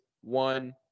one